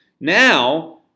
Now